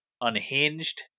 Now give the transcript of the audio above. unhinged